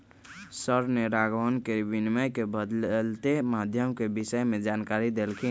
sir ने राघवन के विनिमय के बदलते माध्यम के विषय में जानकारी देल खिन